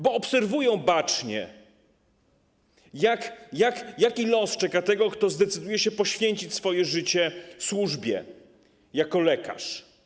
Bo obserwują bacznie, jaki los czeka tego, kto zdecyduje się poświęcić swoje życie służbie jako lekarz.